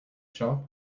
shop